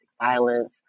violence